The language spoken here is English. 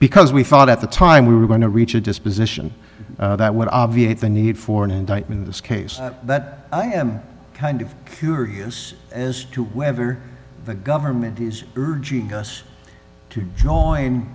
because we thought at the time we were going to reach a disposition that would obviate the need for an indictment in this case that i am kind of curious as to whether the government is urging us to join